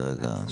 כרגע,